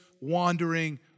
wandering